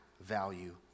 value